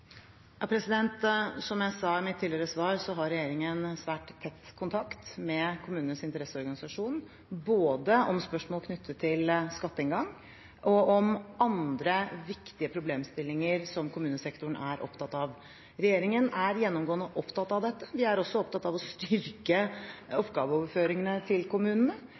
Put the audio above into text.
Som jeg sa i mitt tidligere svar, har regjeringen svært tett kontakt med kommunenes interesseorganisasjon både om spørsmål knyttet til skatteinngang og om andre viktige problemstillinger som kommunesektoren er opptatt av. Regjeringen er gjennomgående opptatt av dette, og vi er også opptatt av å styrke oppgaveoverføringene til kommunene.